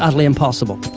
utterly impossible.